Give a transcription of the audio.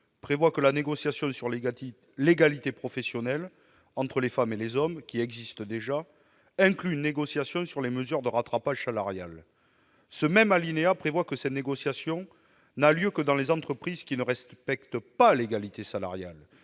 prévoit que la négociation sur l'égalité professionnelle entre les femmes et les hommes, qui existe déjà, inclut une négociation sur les mesures de rattrapage salarial. Ce même alinéa prévoit que cette négociation n'a lieu que dans les entreprises qui ne respectent pas l'égalité salariale